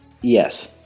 Yes